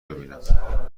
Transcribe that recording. ببینم